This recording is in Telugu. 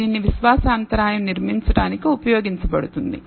దీనిని విశ్వాస అంతరాయం నిర్మించడానికి ఉపయోగించబడుతుంది